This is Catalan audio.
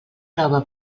nova